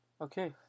Okay